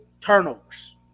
turnovers